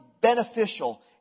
beneficial